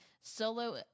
solo